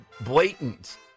blatant